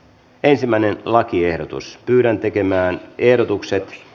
ensimmäinen lakiehdotus yhden tekemään ehdotuksee